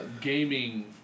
gaming